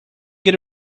get